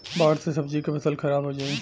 बाढ़ से सब्जी क फसल खराब हो जाई